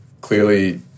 clearly